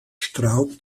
straub